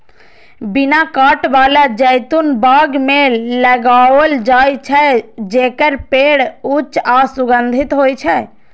बिना कांट बला जैतून बाग मे लगाओल जाइ छै, जेकर पेड़ ऊंच आ सुगठित होइ छै